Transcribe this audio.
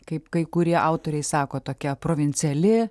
kaip kai kurie autoriai sako tokia provinciali